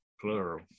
Plural